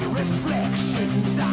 reflections